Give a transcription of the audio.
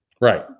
right